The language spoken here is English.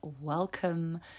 welcome